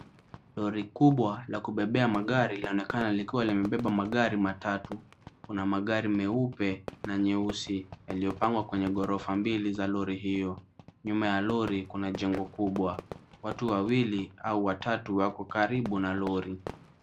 Lori kubwa la kubebea magari laonekana likiwa limebeba magari matatu. Kuna magari meupe na nyeusi yaliyopangwa kwenye ghorofa mbili za lori hiyo. Nyuma ya lori kuna jengo kubwa. Watu wawili au watatu wako karibu na lori.